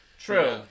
True